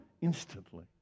Instantly